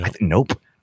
Nope